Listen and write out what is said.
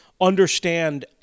understand